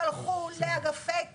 נמצאת במצב של אנרכיה בחלק מהשטחים שלה,